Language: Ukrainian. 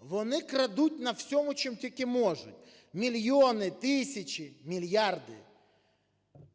Вони крадуть на всьому, чому тільки можуть - мільйони, тисячі, мільярди.